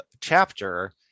chapter